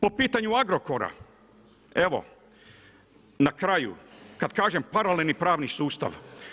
Po pitanju Agrokora, evo na kraju kada kažem paralelni pravni sustav.